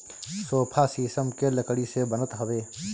sofa शीशम के लकड़ी से बनत हवे